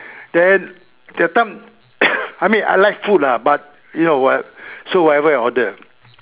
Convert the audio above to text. then that time I mean I like food lah but you know what so whatever I ordered